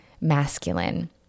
masculine